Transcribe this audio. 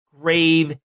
grave